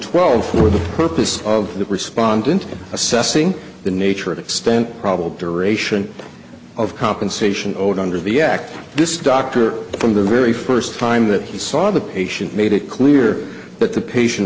twelve for the purpose of the respondent assessing the nature of extent problem duration of compensation owed under the act this doctor from the very first time that he saw the patient made it clear that the patient